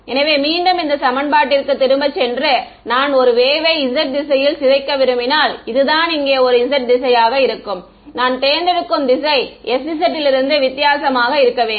எனவே மீண்டும் இந்த சமன்பாட்டிற்கு திரும்ப சென்று நான் ஒரு வேவ் யை z திசையில் சிதைக்க விரும்பினால் இதுதான் இங்கே ஒரு z திசையாக இருக்கும் நான் தேர்ந்தெடுக்கும் திசை sz இலிருந்து வித்தியாசமாக இருக்க வேண்டும்